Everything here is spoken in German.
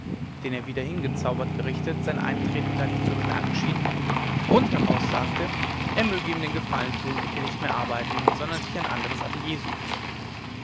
den er wieder hingezaubert gerichtet sein eintreten gar nicht zu bemerken schien rund heraussagte er möge ihm den gefallen tun und hier nicht mehr arbeiten sondern sich ein anderes atelier suchen